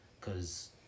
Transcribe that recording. cause